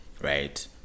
right